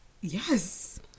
Yes